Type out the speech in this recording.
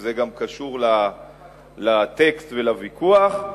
שזה גם קשור לטקסט ולוויכוח,